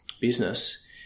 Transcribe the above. business